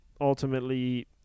ultimately